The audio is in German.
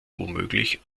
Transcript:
womöglich